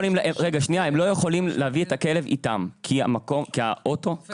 הם לא יכולים להביא את הכלב איתם כי הרכב קטן.